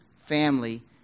family